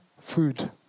food